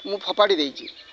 ମୁଁ ଫୋପାଡ଼ି ଦେଇଛି